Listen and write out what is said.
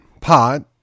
pot